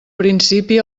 principi